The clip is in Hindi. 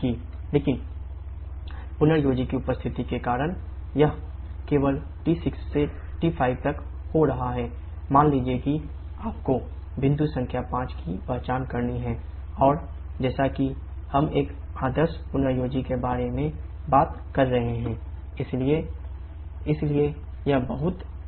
लेकिन पुनर्योजी के बारे में बात कर रहे हैं इसलिए 𝑇5 𝑇7 𝑇9 इसलिए यह बहुत सीधा है